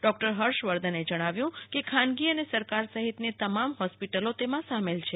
doctor ફર્ષવર્ધને જણાવ્યુ કે ખાનગી અને સરકાર સહિતની તમામ હોસ્પિટલો તેમાં સા મેલ છે